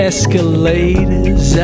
Escalators